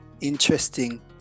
interesting